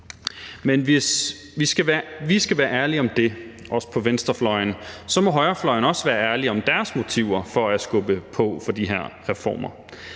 Men hvis vi skal være ærlige om det – os på venstrefløjen – så må højrefløjen også være ærlig om deres motiver for at skubbe på for de her reformer.